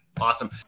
Awesome